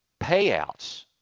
payouts